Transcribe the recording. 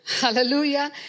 Hallelujah